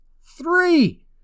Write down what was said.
Three